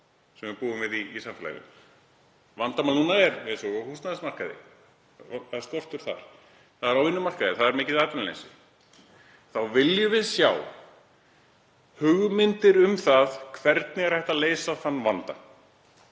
sem við búum við í samfélaginu. Vandamál núna er eins og á húsnæðismarkaði, það er skortur þar. Það er á vinnumarkaði, það er mikið atvinnuleysi. Þá viljum við sjá hugmyndir um hvernig hægt er að leysa þann vanda.